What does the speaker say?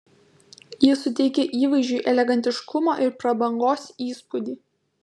ji suteikia įvaizdžiui elegantiškumo ir prabangos įspūdį